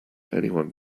anyone